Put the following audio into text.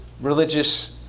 religious